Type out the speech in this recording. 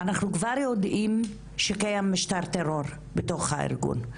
אנחנו כבר יודעים שקיים משטר טרור בתוך הארגון.